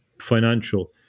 financial